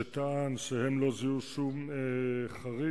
שטען שהם לא זיהו שום חריג